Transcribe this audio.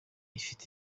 afite